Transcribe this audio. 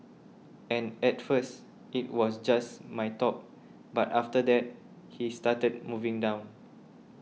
and at first it was just my top but after that he started moving down